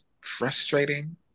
frustrating